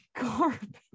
garbage